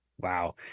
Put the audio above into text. wow